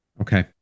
Okay